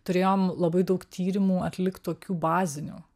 turėjom labai daug tyrimų atlikt tokių bazinių